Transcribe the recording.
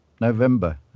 November